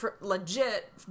legit